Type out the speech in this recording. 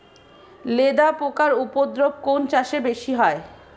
লেদা পোকার উপদ্রব কোন চাষে বেশি হয়?